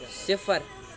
صِفر